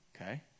Okay